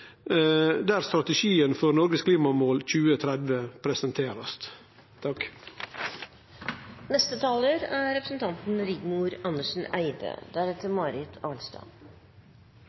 der strategien for Noregs klimamål 2030 skal presenterast.